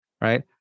right